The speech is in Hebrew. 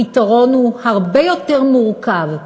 הפתרון הרבה יותר מורכב.